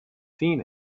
seen